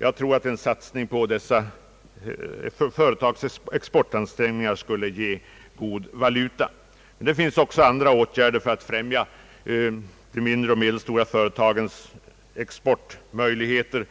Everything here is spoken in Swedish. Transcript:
Jag tror att en satsning på dessa företags exportansträngningar skulle ge god valuta. Man kan även vidtaga andra åtgärder för att främja de mindre och medelstora företagens exportmöjligheter,